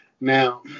Now